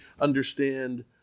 understand